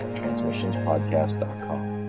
transmissionspodcast.com